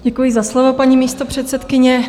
Děkuji za slovo, paní místopředsedkyně.